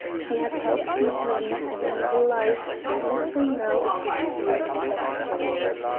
she has helped you to lead an evil life let her now assist you in a better career.